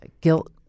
guilt